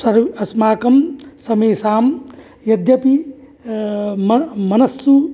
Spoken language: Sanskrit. सर् अस्माकं समेषां यद्यपि म मनस्सु